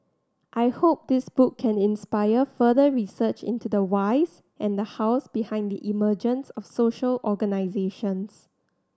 I hope this book can inspire further research into the whys and the hows behind the emergence of social organisations